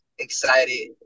Excited